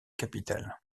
capitale